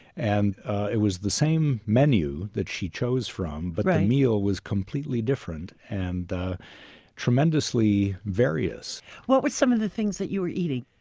and it was the same menu that she chose from, but the meal was completely different and tremendously various what were some of the things that you were eating?